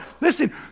Listen